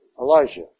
Elijah